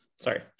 sorry